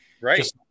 Right